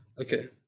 Okay